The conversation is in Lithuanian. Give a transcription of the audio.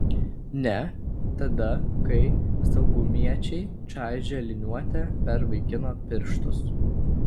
ne tada kai saugumiečiai čaižė liniuote per vaikino pirštus